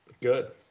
Good